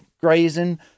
grazing